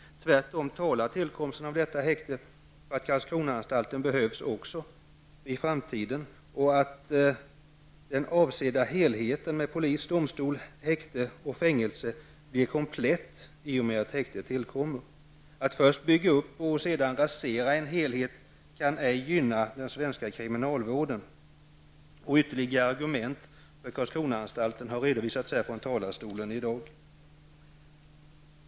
Tillkomsten av detta häkte talar i stället för att Karlskronaanstalten behövs i framtiden så att den avsedda helheten med polis, domstol, häkte och fängelse blir komplett. Att först bygga upp och sedan rasera en helhet kan inte gynna den svenska kriminalvården. Ytterligare argument för anstalten har redovisats från talarstolen i dag.